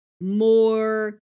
more